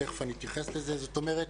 ותיכף אני אתייחס לזה, זאת אומרת,